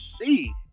see